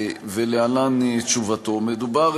להלן תשובתו: מדובר,